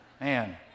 Man